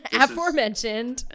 aforementioned